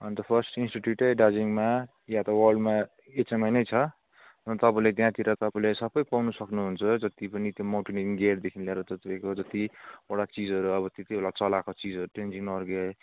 अन्त फर्स्ट इन्स्टिट्युटै दार्जिलिङमा या त वर्ल्डमा एचएमआई नै छ अन्त तपाईँले त्यहाँतिर तपाईँले सबै पाउनु सक्नुहुन्छ जति पनि त्यहाँ माउन्टेनेरिङ गेरदेखि लिएर तपाईँको जतिवटा चिजहरू अब त्यति बेला चलाएको चिजहरू तेन्जिङ नोर्गे